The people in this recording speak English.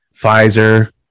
Pfizer